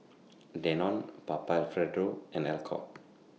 Danone Papa Alfredo and Alcott